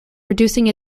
reducing